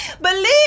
Believe